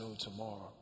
tomorrow